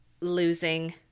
losing